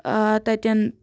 تَتٮ۪ن